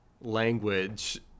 language